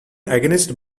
against